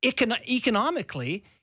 economically